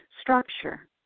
structure